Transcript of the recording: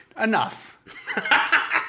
Enough